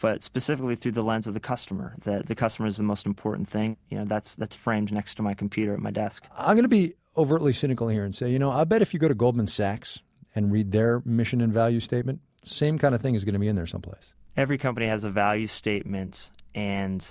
but specifically through the lens of the customer, that the customer is the most important thing yeah that's that's framed next to my computer at my desk i'm going to be overtly cynical and say here, you know i bet if you go to goldman sachs and read their mission and value statement, same kind of thing is going to be in there some place every company has a value statement, and